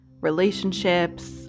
relationships